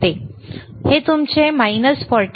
हे तुमचे उणे 14